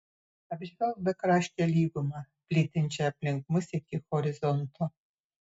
apžvelk bekraštę lygumą plytinčią aplink mus iki horizonto